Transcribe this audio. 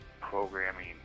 programming